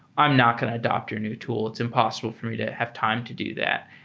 i'm not going to adopt your new tool. it's impossible for me to have time to do that.